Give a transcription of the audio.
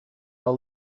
all